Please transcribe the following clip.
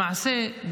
למעשה,